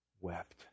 wept